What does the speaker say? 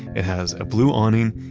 it has a blue awning,